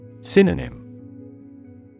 Synonym